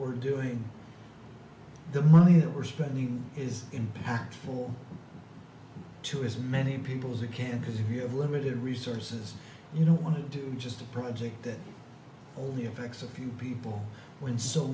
we're doing the money that we're spending is impactful to as many people as it can because if you have limited resources you know what to do just a project that only effects a few people when so